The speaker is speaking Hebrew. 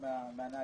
מי הנהג,